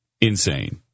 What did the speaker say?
insane